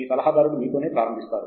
మీ సలహాదారుడు మీతోనే ప్రారంభిస్తారు